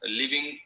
living